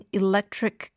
electric